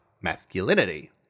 masculinity